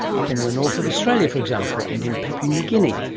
up in the north of australia for example and in papua new guinea,